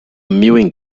mewing